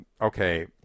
okay